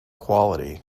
quality